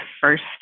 first